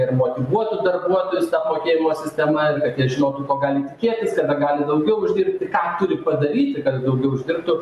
kad motyvuotų darbuotojus apmokėjimo sistema kad jie žinotų ko gali tikėtis kada gali daugiau uždirbti ką turi padaryti kad daugiau uždirbtų